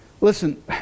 listen